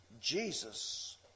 Jesus